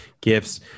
gifts